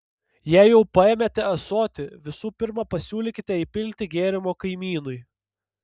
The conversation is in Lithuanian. jei jau paėmėte ąsotį visų pirma pasiūlykite įpilti gėrimo kaimynui